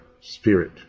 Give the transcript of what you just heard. spirit